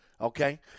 Okay